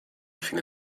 fine